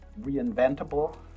reinventable